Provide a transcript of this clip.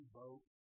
boat